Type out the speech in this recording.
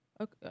Okay